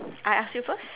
I ask you first